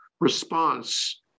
response